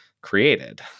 created